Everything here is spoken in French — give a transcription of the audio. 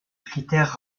critère